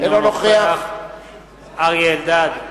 אינו נוכח אריה אלדד,